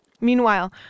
Meanwhile